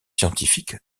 scientifiques